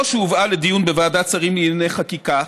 שהובאה לדיון בוועדת שרים לענייני חקיקה,